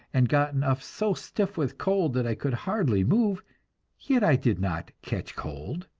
and gotten up so stiff with cold that i could hardly move yet i did not catch cold.